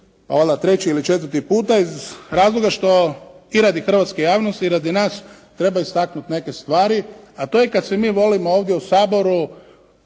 govornice treći ili četvrti puta iz razloga što i radi hrvatske javnosti i radi nas treba istaknuti neke stvari, a to je kad se mi volimo ovdje u Saboru